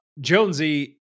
Jonesy